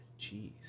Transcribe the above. jeez